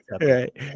right